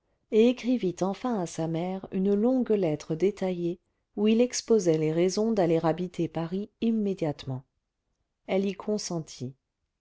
et écrivit enfin à sa mère une longue lettre détaillée où il exposait les raisons d'aller habiter paris immédiatement elle y consentit